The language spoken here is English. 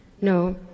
no